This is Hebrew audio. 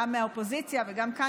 גם מהאופוזיציה וגם כאן,